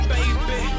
Baby